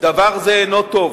דבר זה אינו טוב.